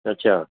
अच्छा